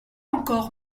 encore